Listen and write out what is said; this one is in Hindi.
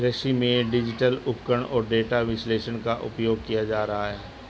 कृषि में डिजिटल उपकरण और डेटा विश्लेषण का उपयोग किया जा रहा है